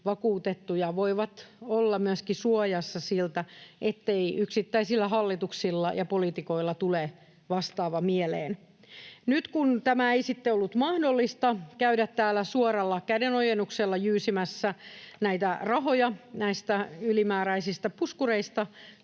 vakuutettuja, voivat olla myöskin suojassa siltä, ettei yksittäisillä hallituksilla ja poliitikoilla tule vastaava mieleen. Nyt kun tämä ei sitten ollut mahdollista käydä täällä suoralla kädenojennuksella nyysimässä näitä rahoja näistä ylimääräisistä puskureista,